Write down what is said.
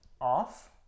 off